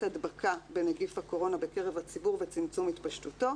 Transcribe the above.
הדבקה בנגיף הקורונה בקרב הציבור וצמצום התפשטותו,